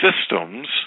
systems